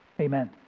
Amen